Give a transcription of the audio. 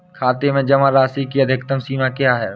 खाते में जमा राशि की अधिकतम सीमा क्या है?